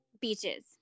Beaches